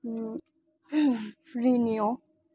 ꯔꯤꯅꯤꯌꯣ